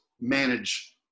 manage